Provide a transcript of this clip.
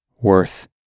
worth